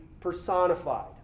personified